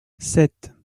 sept